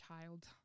child